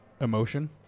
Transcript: emotion